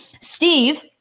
Steve